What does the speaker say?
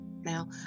Now